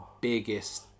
biggest